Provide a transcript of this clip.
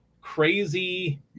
crazy